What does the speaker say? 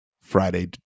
Friday